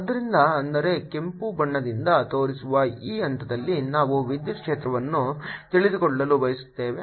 ಆದ್ದರಿಂದ ಅಂದರೆ ಕೆಂಪು ಬಣ್ಣದಿಂದ ತೋರಿಸಿರುವ ಈ ಹಂತದಲ್ಲಿ ನಾವು ವಿದ್ಯುತ್ ಕ್ಷೇತ್ರವನ್ನು ತಿಳಿದುಕೊಳ್ಳಲು ಬಯಸುತ್ತೇವೆ